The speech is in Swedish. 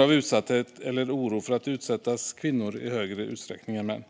av utsatthet eller oro för att utsättas, kvinnor i större utsträckning än män.